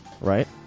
Right